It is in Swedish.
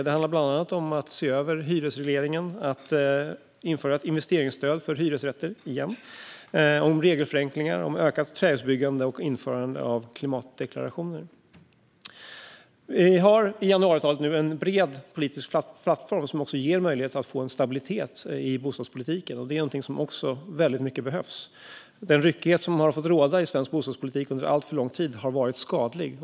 Det handlar bland annat om att se över hyresregleringen, om att införa ett investeringsstöd för hyresrätter igen, om regelförenklingar, om ökat trähusbyggande och om införande av klimatdeklarationer. I januariavtalet har vi nu en bred politisk plattform som också ger möjlighet att få en stabilitet i bostadspolitiken. Det är någonting som behövs väldigt mycket. Den ryckighet som har fått råda i svensk bostadspolitik under alltför lång tid har varit skadlig.